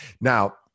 now